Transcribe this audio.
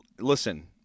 listen